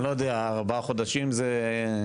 אני לא יודע, ארבעה חודשים זה,